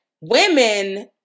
women